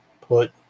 put